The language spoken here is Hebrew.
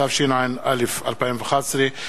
התשע"א 2011,